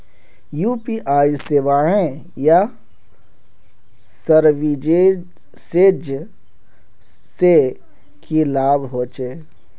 UPI सेवाएँ या services से की लाभ होचे?